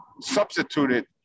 substituted